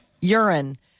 urine